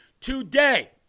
today